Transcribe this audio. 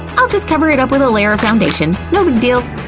i'll just cover it up with a layer of foundation, no big deal.